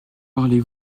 parlez